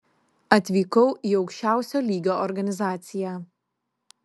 atvykau į aukščiausio lygio organizaciją